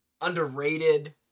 Underrated